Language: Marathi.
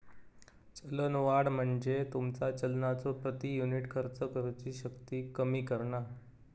चलनवाढ म्हणजे तुमचा चलनाचो प्रति युनिट खर्च करुची शक्ती कमी करणा